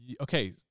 okay